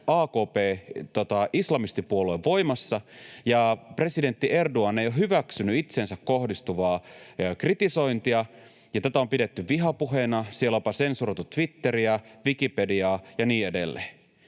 AKP-islamistipuolue voimassa, ja presidentti Erdoğan ei ole hyväksynyt itseensä kohdistuvaa kritisointia, ja tätä on pidetty vihapuheena. Siellä on jopa sensuroitu Twitteriä, Wikipediaa ja niin edelleen.